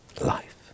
life